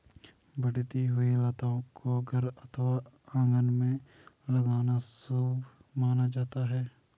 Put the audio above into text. बढ़ती हुई लताओं को घर अथवा आंगन में लगाना शुभ माना जाता है